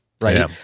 right